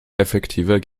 effektiver